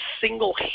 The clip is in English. single